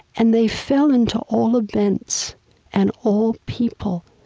and they fell into all events and all people,